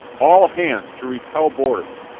all hands to repel boarders!